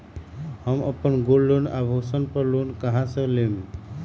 हम अपन गोल्ड आभूषण पर लोन कहां से लेम?